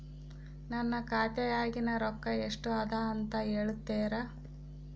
ನನ್ನ ಖಾತೆಯಾಗಿನ ರೊಕ್ಕ ಎಷ್ಟು ಅದಾ ಅಂತಾ ಹೇಳುತ್ತೇರಾ?